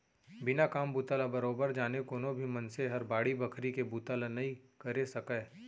बिना काम बूता ल बरोबर जाने कोनो भी मनसे हर बाड़ी बखरी के बुता ल नइ करे सकय